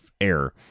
air